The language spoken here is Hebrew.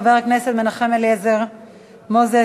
חבר הכנסת מנחם אליעזר מוזס,